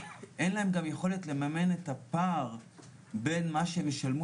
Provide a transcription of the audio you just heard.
אין להם גם את היכולת לממן את הפער בין מה שהם ישלמו